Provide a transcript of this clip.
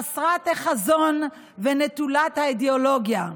חסרת החזון ונטולת האידיאולוגיה,